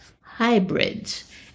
hybrids